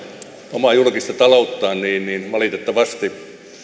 omaa julkista ta louttaan niin niin valitettavasti